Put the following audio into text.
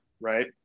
right